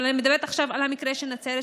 אבל אני מדברת עכשיו על המקרה של נצרת,